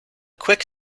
quick